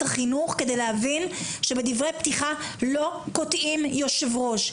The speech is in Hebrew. החינוך כדי להבין שבדברי פתיחה לא קוטעים את היושב-ראש.